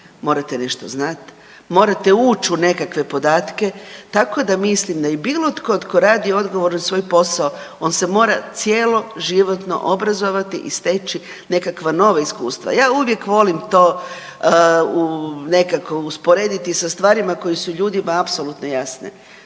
morate nešto znat, morate uć u nekakve podatke, tako da mislim da i bilo tko tko radi odgovorno svoj posao on se mora cjeloživotno obrazovati i steći nekakva nova iskustva. Ja uvijek volim to nekako usporediti sa stvarima koje su ljudima apsolutno jasne.